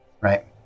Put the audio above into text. right